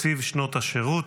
תקציב שנות השירות.